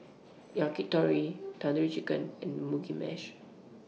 Yakitori Tandoori Chicken and Mugi Meshi